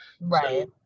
right